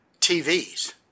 TVs